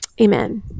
Amen